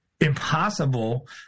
impossible